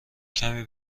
کمی